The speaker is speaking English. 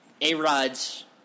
A-Rod's